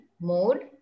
mode